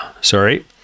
sorry